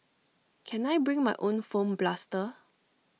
can I bring my own foam blaster